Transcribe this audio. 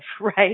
right